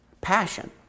Passion